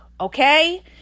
Okay